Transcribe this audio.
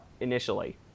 initially